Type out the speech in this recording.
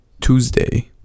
Tuesday